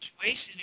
situation